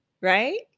right